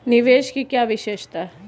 निवेश की क्या विशेषता है?